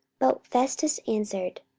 but festus answered,